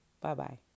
Bye-bye